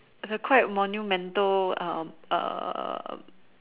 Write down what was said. a quite monumental err um